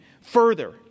further